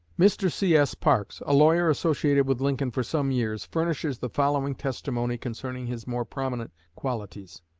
mr. c s. parks, a lawyer associated with lincoln for some years, furnishes the following testimony concerning his more prominent qualities